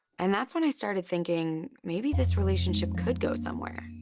and that's when i started thinking, maybe this relationship could go somewhere.